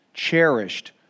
cherished